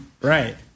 Right